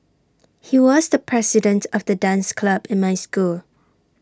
he was the president of the dance club in my school